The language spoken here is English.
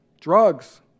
Drugs